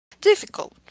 difficult